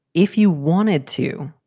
if you wanted to,